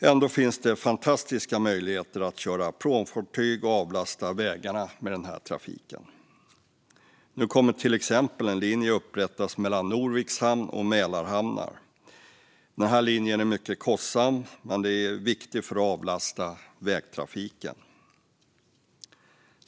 Ändå finns det fantastiska möjligheter att köra pråmfartyg och avlasta vägarna med den trafiken. Nu kommer till exempel en linje upprättas mellan Norviks hamn och Mälarhamnar. Den linjen är mycket kostsam, men den är viktig för att avlasta vägtrafiken.